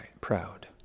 proud